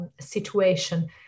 situation